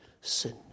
sin